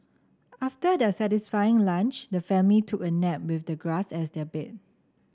after their satisfying lunch the family took a nap with the grass as their bed